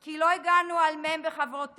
כי לא הגנו על מ' וחברותיה.